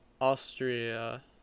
austria